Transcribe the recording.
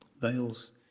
veils